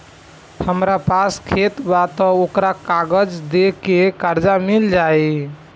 हमरा पास खेत बा त ओकर कागज दे के कर्जा मिल जाई?